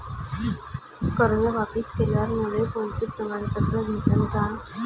कर्ज वापिस केल्यावर मले कोनचे प्रमाणपत्र भेटन का?